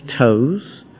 toes